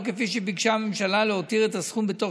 ולא כפי שביקשה הממשלה להותיר את הסכום בתוך